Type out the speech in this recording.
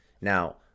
Now